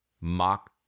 Mock